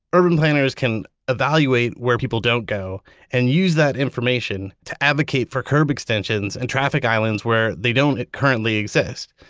urban planners can evaluate where people don't go and use that information to advocate for curb extensions and traffic islands where they don't currently exist.